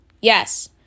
Yes